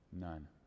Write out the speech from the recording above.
None